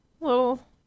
little